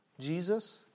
Jesus